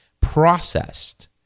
processed